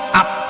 up